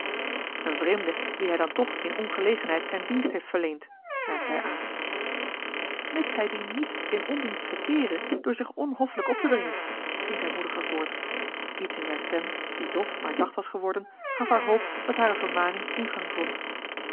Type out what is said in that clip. eene vreemde wie hij dan toch in ongelegenheid zijn dienst heeft verleend merkte hij aan mits hij dien niet in ondienst verkeere door zich onhoffelijk op te dringen ging zij moediger voort iets in zijne stem die dof maar zacht was geworden gaf haar hoop dat hare vermaning ingang vond